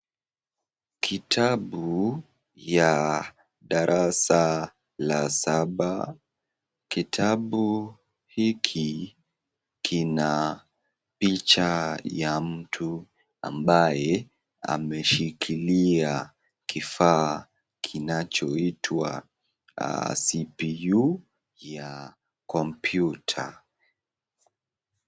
Kitabu ya darasa la saba kitabu hiki kina picha ya mtu ambaye ameshikilia kifaa kinachoitwa CPU ya kompyuta